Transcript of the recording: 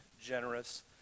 generous